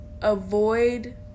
avoid